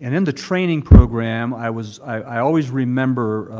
and in the training program i was i always remember